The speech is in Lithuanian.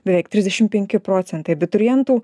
beveik trisdešim penki procentai abiturientų